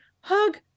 hug